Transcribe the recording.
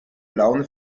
laune